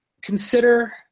consider